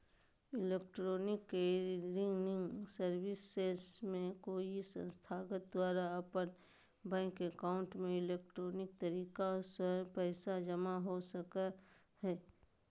electronic clearing services में कोई संस्थान द्वारा अपन बैंक एकाउंट में इलेक्ट्रॉनिक तरीका स्व पैसा जमा हो सका हइ